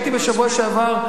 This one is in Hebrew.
בשבוע שעבר,